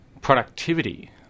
productivity